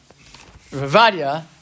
Ravadia